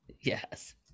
Yes